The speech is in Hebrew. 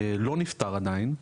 לא נפתר עדיין,